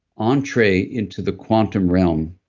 entree into the quantum realm,